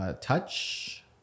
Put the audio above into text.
touch